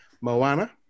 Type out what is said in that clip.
Moana